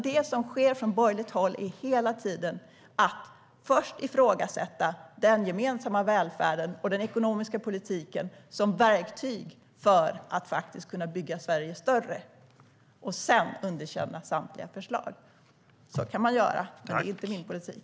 Det som sker från borgerligt håll hela tiden är att man först ifrågasätter den gemensamma välfärden och den ekonomiska politiken som verktyg för att kunna bygga Sverige större och sedan underkänner samtliga förslag. Så kan man göra, men det är inte min politik.